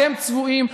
אתם צבועים.